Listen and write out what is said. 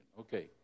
Okay